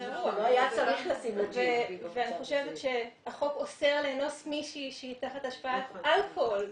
אני חושבת שהחוק אוסר לאנוס מישהי שהיא תחת השפעת אלכוהול,